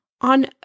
on